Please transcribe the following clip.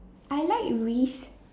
I like Reese